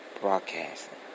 Broadcasting